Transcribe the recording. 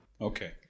Okay